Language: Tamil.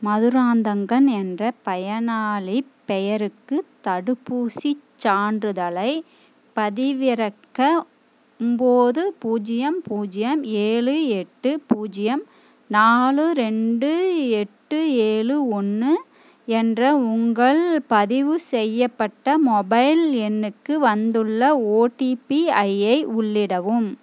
மதுராந்தகன் என்ற பயனாளிப் பெயருக்கு தடுப்பூசிச் சான்றிதழைப் பதிவிறக்க ஒம்போது பூஜ்ஜியம் பூஜ்ஜியம் ஏழு எட்டு பூஜ்ஜியம் நாலு ரெண்டு எட்டு ஏழு ஒன்று என்ற உங்கள் பதிவு செய்யப்பட்ட மொபைல் எண்ணுக்கு வந்துள்ள ஓடிபி ஐ உள்ளிடவும்